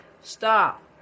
Stop